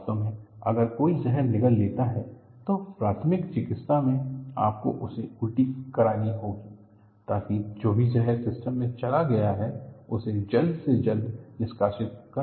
वास्तव में अगर कोई जहर निगल लेता है तो प्राथमिक चिकित्सा में आपको उसे उल्टी करनी होगी ताकि जो भी जहर सिस्टम में चला गया है उसे जल्द से जल्द निष्कासित कर दिया जाए